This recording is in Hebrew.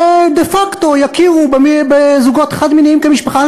שדה-פקטו יכירו בזוגות חד-מיניים כמשפחה.